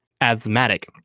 Asthmatic